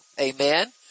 Amen